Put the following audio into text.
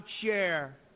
share